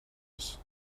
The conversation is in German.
ist